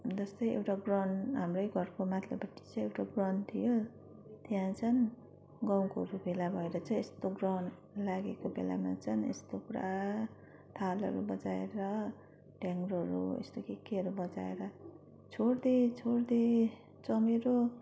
जस्तै एउटा ग्राउन्ड हाम्रै घरको माथिल्लोपट्टि चाहिँ एउटा ग्राउन्ड थियो त्यहाँ चाहिँ गाउँकोहरू भेला भएर चाहिँ यस्तो ग्रहण लागेको बेलामा चाहिँ यस्तो पुरा थालहरू बजाएर ढ्याङ्ग्रोहरू यस्तो के केहरू बजाएर छोड्दे छोड्दे चमरे